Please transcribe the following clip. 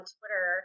Twitter